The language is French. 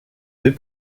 deux